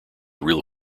real